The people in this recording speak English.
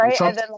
Right